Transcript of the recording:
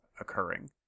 occurring